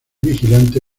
vigilante